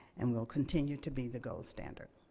and we'll continue to be the gold standard.